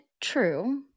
true